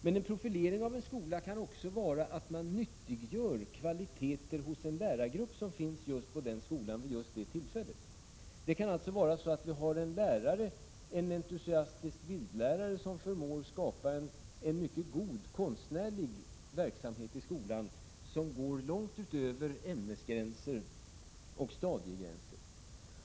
Men en profilering av en skola kan också innebära att man nyttiggör kvaliteter hos en lärargrupp som finns på en viss skola vid ett visst tillfälle. Man kant.ex. ha en entusiastisk bildlärare, som i skolan förmår skapa en mycket god konstnärlig verksamhet som går långt utöver ämnesoch stadiegränser.